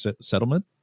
settlement